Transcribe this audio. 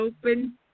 open